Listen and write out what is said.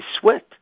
sweat